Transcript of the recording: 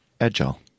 Agile